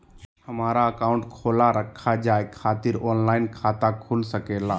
हमारा अकाउंट खोला रखा जाए खातिर ऑनलाइन खाता खुल सके ला?